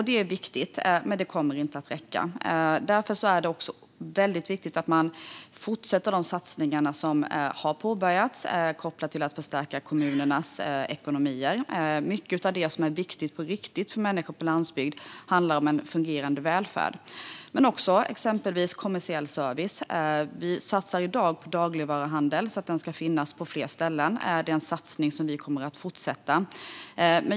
Detta är viktigt, men det kommer inte att räcka. Därför är det också väldigt viktigt att fortsätta med de satsningar som har påbörjats när det gäller att förstärka kommunernas ekonomi. Mycket av det som är viktigt på riktigt för människor på landsbygd handlar om en fungerande välfärd, men också om exempelvis kommersiell service. Vi satsar i dag på dagligvaruhandel så att sådan ska finnas på fler ställen. Det är en satsning som vi kommer att fortsätta.